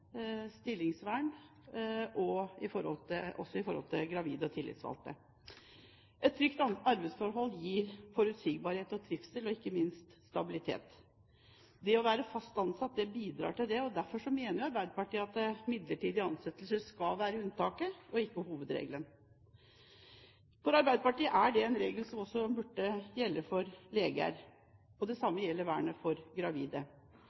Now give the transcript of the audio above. stillingsvern, også i forhold til gravide og tillitsvalgte. Et trygt arbeidsforhold gir forutsigbarhet og trivsel, og ikke minst stabilitet. Det å være fast ansatt bidrar til det. Derfor mener Arbeiderpartiet at midlertidige ansettelser skal være unntaket, og ikke hovedregelen. For Arbeiderpartiet er det en regel som også burde gjelde for leger. Det samme gjelder vernet for gravide. Men som statsråden, og også interpellanten, viser til, er det